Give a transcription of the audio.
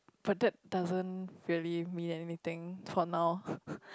but that doesn't really mean anything for now